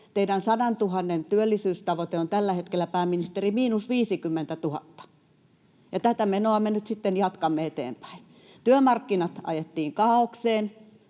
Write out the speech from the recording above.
Teidän 100 000:n työllisyystavoitteenne on tällä hetkellä, pääministeri, miinus 50 000, ja tätä menoa me nyt sitten jatkamme eteenpäin. Työmarkkinat ajettiin kaaokseen,